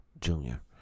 junior